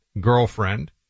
girlfriend